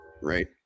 right